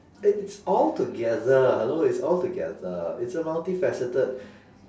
it's altogether hello it's altogether it's a multi faceted